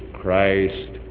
Christ